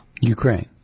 ukraine